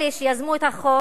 אלה שיזמו את החוק